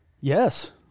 Yes